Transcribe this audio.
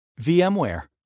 VMware